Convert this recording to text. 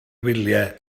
wyliau